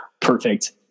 perfect